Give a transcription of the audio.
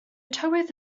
tywydd